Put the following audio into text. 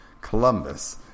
Columbus